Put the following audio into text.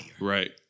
Right